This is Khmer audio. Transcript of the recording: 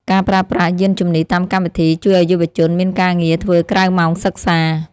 ការប្រើប្រាស់យានជំនិះតាមកម្មវិធី ជួយឱ្យយុវជនមានការងារធ្វើក្រៅម៉ោងសិក្សា។